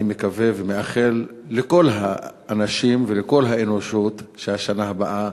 אני מקווה ומאחל לכל האנשים ולכל האנושות שהשנה הבאה